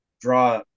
draw